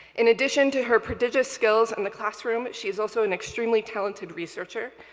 in addition to her prodigious skills in the classroom, she is also an extremely talented researcher,